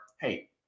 hey